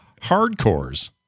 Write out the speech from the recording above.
Hardcores